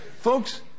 Folks